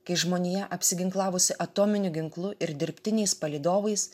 kai žmonija apsiginklavusi atominiu ginklu ir dirbtiniais palydovais